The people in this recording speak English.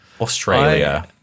Australia